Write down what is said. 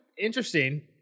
interesting